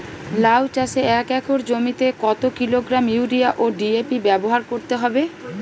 লাউ চাষে এক একর জমিতে কত কিলোগ্রাম ইউরিয়া ও ডি.এ.পি ব্যবহার করতে হবে?